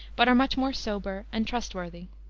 but are much more sober and trustworthy.